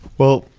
well,